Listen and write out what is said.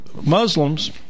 Muslims